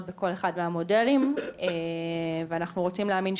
בכל אחד מהמודלים ואנחנו רוצים להאמין,